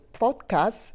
podcast